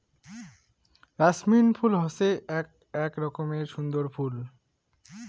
jasmine ফুল হসে আক রকমের সুন্দর ফুল